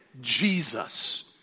Jesus